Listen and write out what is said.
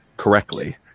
correctly